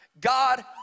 God